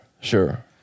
Sure